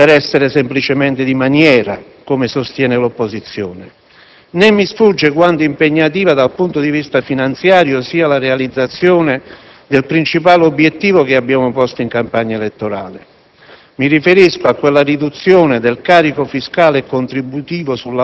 Il riferimento alle condizioni del 1992 è troppo forte per essere semplicemente di maniera, come sostiene l'opposizione, né mi sfugge quanto impegnativa, dal punto di vista finanziario, sia la realizzazione del principale obiettivo che abbiamo posto in campagna elettorale: